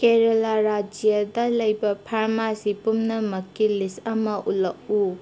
ꯀꯦꯔꯦꯂꯥ ꯔꯥꯏꯖ꯭ꯌꯥꯗ ꯂꯩꯕ ꯐꯥꯔꯃꯥꯁꯤ ꯄꯨꯝꯅꯃꯛꯀꯤ ꯂꯤꯁ ꯑꯃ ꯎꯠꯂꯛꯎ